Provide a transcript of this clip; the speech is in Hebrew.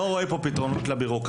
אישית לא רואה פתרונות לבירוקרטיה,